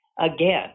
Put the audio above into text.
Again